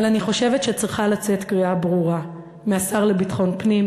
אבל אני חושבת שצריכה לצאת קריאה ברורה מהשר לביטחון פנים,